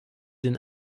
den